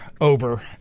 Over